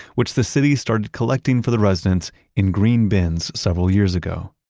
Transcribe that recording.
which the city started collecting for the residents in green bins several years ago.